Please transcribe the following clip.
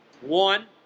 One